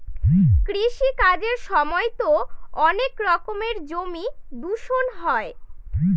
কৃষি কাজের সময়তো অনেক রকমের জমি দূষণ হয়